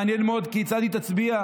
מעניין מאוד כיצד היא תצביע.